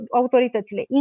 autoritățile